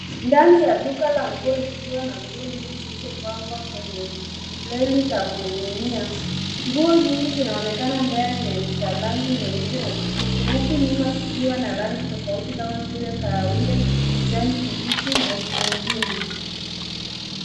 Ndani ya duka la nguo likiwa na nguo nyingi zilizopangwa kwenye reki za kuning'inia. Nguo nyingi zinaonekana mbele na ni za rangi nyeusi na kijivu huku nyuma zikiwa na rangi tofauti kama vile kahawia, kijani kibichi na zingine.